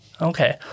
Okay